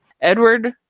Edward